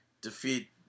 defeat